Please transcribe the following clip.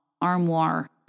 armoire